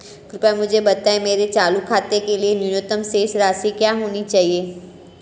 कृपया मुझे बताएं मेरे चालू खाते के लिए न्यूनतम शेष राशि क्या होनी चाहिए?